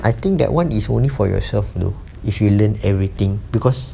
I think that [one] is only for yourself you know if you learn everything because